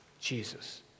Jesus